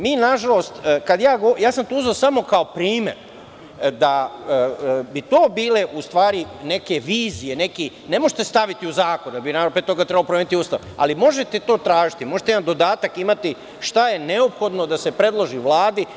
Mi nažalost, ja sam to uzeo samo kao primer, da bi to bile u stvari neke vizije, ne možete staviti u zakon, jer bi nama pre toga trebalo promeniti Ustav, ali možete to tražiti, možete jedan dodatak imati šta je neophodno da se predloži Vladi.